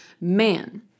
Man